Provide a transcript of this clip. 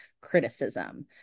criticism